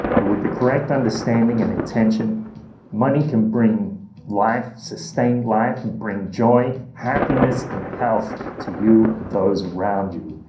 but with the correct understanding and intention money can bring life, sustain life, and bring joy, happiness and health to you and those around you.